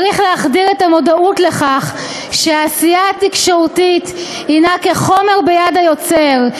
צריך להחדיר את המודעות לכך שהעשייה התקשורתית הנה כחומר ביד היוצר.